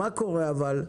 מה קורה אבל,